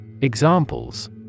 Examples